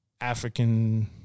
African